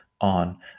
on